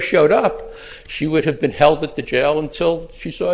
showed up she would have been held at the jail until she s